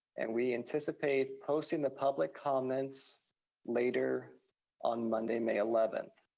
and we anticipate posting the public comments later on monday, may eleventh.